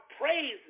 praise